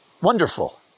wonderful